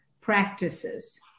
practices